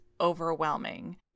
overwhelming